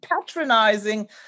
patronizing